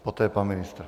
Poté pan ministr.